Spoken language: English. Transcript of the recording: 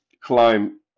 climb